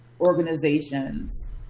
organizations